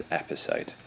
episode